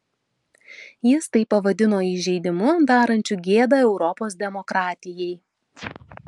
jis tai pavadino įžeidimu darančiu gėdą europos demokratijai